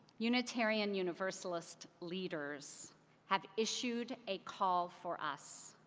unitarian universalist leaders have issued a call for us.